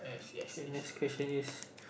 okay next question is